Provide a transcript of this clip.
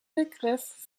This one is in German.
begriff